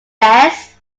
less